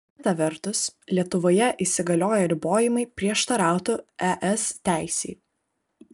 kita vertus lietuvoje įsigalioję ribojimai prieštarautų es teisei